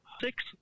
six